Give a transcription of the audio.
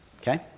Okay